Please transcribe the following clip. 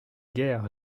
guère